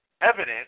evidence